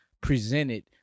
presented